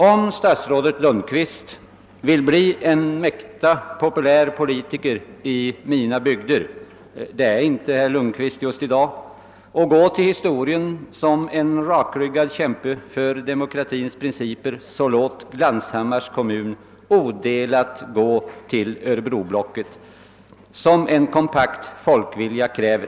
Om statsrådet Lundkvist vill bli en mäkta populär politiker i mina hembygder — det är herr Lundkvist inte i dag — och vill gå till historien som en rakryggad kämpe för demokratiska principer, bör han låta Glanshammars kommun odelad gå till Örebroblocket i enlighet med vad en kompakt folkvilja kräver.